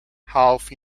half